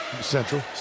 Central